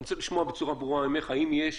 אני רוצה לשמוע בצורה ברורה ממך אם יש